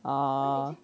orh